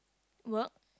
works